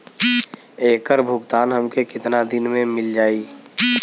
ऐकर भुगतान हमके कितना दिन में मील जाई?